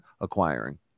acquiring